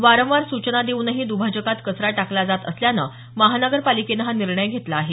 वारंवार सूचना देऊनही दुभाजकात कचरा टाकला जात असल्यानं महापालिकेनं हा निर्णय घेतला आहे